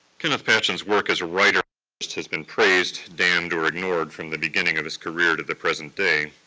kenneth patchen's work as a writer has been praised, damned, or ignored from the beginning of his career to the present day.